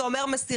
זה אומר מסירה